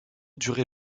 durait